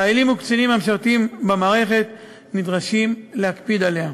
חיילים וקצינים המשרתים במערכת נדרשים להקפיד עליה.